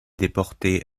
déporté